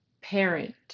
parent